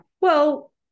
Well-